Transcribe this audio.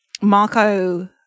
Marco